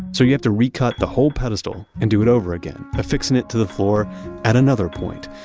so you have to recut the whole pedestal and do it over again, affixing it to the floor at another point.